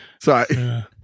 Sorry